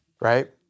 right